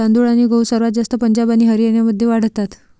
तांदूळ आणि गहू सर्वात जास्त पंजाब आणि हरियाणामध्ये वाढतात